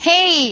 Hey